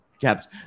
Caps